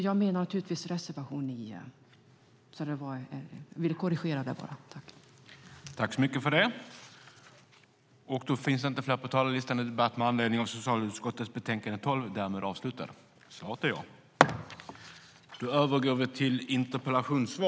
Jag menar naturligtvis reservation 9. Jag ville bara korrigera detta.